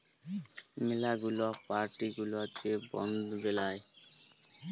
ম্যালা গুলা পার্টি গুলা যে বন্ড বেলায়